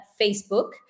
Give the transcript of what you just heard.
Facebook